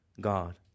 God